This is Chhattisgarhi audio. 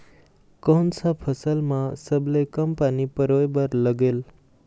कोन सा फसल मा सबले कम पानी परोए बर लगेल?